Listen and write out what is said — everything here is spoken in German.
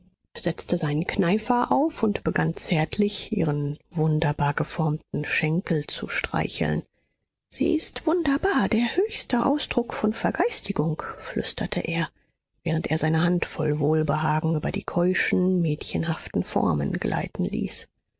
setzte seinen kneifer auf und begann zärtlich ihren wunderbar geformten schenkel zu streicheln sie ist wunderbar der höchste ausdruck von vergeistigung flüsterte er während er seine hand voll wohlbehagen über die keuschen mädchenhaften formen gleiten ließ